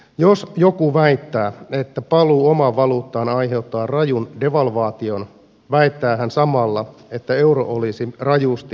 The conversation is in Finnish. jos joku väittää että paluu omaan valuuttaan aiheuttaa rajun devalvaation väittää hän samalla että euro olisin rajusti